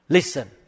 Listen